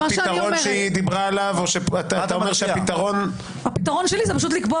שהפתרון שהיא דיברה עליו --- הפתרון שלי זה פשוט לקבוע